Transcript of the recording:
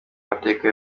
mateka